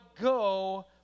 go